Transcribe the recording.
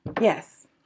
Yes